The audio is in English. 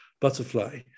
butterfly